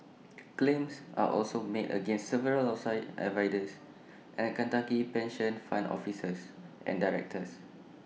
claims are also made against several outside advisers and Kentucky pension fund officers and directors